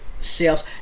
sales